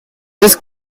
this